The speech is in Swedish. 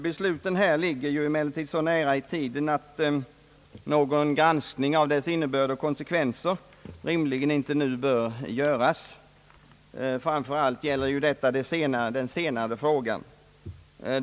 Besluten här ligger emellertid så nära i tiden att någon granskning av deras innebörd och konsekvenser rimligen inte bör göras nu; framför allt gäller detta den senare frågan.